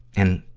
in,